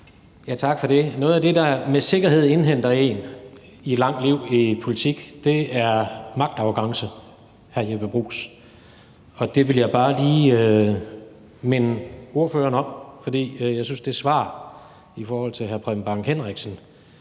Tak for det. Noget af det, der med sikkerhed indhenter en i et langt liv i politik, er magtarrogance, hr. Jeppe Bruus, og det vil jeg bare lige minde ordføreren om, fordi jeg synes, det svar i forhold til hr. Preben Bang Henriksen